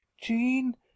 Jean